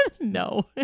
No